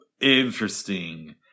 Interesting